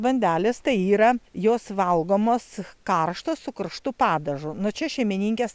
bandelės tai yra jos valgomos karštos su karštu padažu nu čia šeimininkės